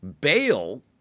bail